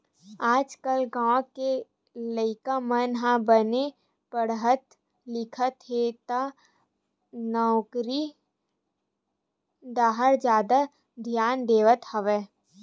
आजकाल गाँव के लइका मन ह बने पड़हत लिखत हे त नउकरी डाहर जादा धियान देवत हवय